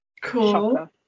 Cool